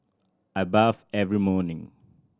I bathe every morning